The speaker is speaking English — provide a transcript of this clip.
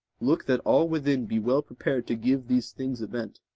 look that all within be well prepared to give these things event.